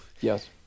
Yes